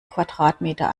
quadratmeter